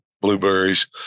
blueberries